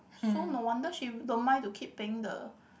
so no wonder she don't mind to keep paying the